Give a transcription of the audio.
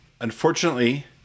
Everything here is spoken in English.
Unfortunately